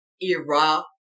Iraq